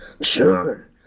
Sure